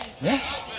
yes